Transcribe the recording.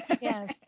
Yes